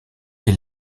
est